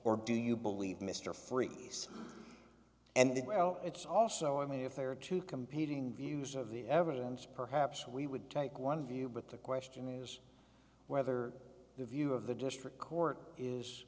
or do you believe mr freeh and the well it's also i mean if there are two competing views of the evidence perhaps we would take one view but the question is whether the view of the district court is